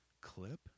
clip